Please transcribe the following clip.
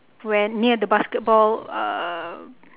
where near the basketball err